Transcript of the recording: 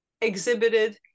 exhibited